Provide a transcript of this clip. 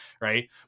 right